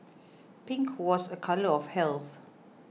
pink was a colour of health